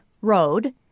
Road